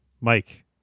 Mike